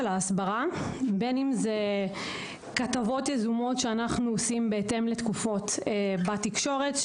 בין אם זה כתבות יזומות שאנחנו עושים בהתאם לתקופות בתקשורת.